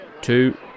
two